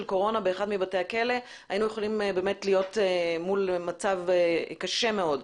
קורונה באחד מבתי הכלא היינו יכולים להיות במצב קשה מאוד.